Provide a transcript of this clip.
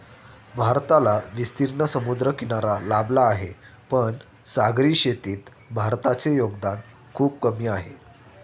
भारताला विस्तीर्ण समुद्रकिनारा लाभला आहे, पण सागरी शेतीत भारताचे योगदान खूप कमी आहे